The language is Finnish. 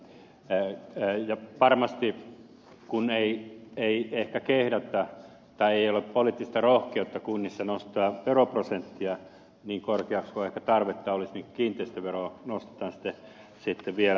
kun ei varmasti ehkä kehdata tai kunnilla ei ole poliittista rohkeutta nostaa veroprosenttia niin korkeaksi kuin ehkä tarvetta olisi niin kiinteistöveroa nostetaan sitten vielä voimakkaammin